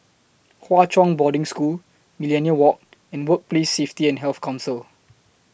Hwa Chong Boarding School Millenia Walk and Workplace Safety and Health Council